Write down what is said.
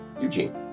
Eugene